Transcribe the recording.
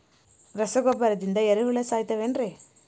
ರಸಗೊಬ್ಬರದಿಂದ ಏರಿಹುಳ ಸಾಯತಾವ್ ಏನ್ರಿ?